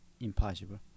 impossible